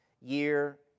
year